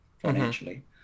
financially